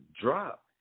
drop